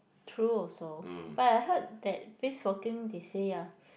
true also but I heard that brisk walking they say ah